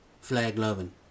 flag-loving